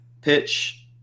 pitch